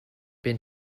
been